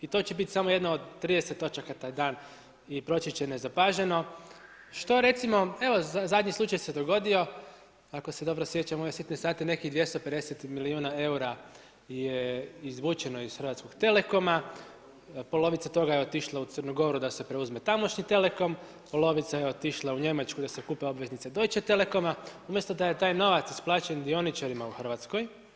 I to će biti samo jedna od 30 točaka taj dan i proći će nezapaženo, što recimo, evo zadnji slučaj se dogodio, ako se dobro sjećam u ove sitne sate, nekih 250 milijuna eura je izvučeno iz Hrvatskog telekoma, polovica toga je otišla u Crnu Goru da se preuzme tamošnji telekom, polovica je otišla u Njemačku da se kupe obveznice Detusche telekoma, umjesto da je taj novac isplaćen dioničarima u RH.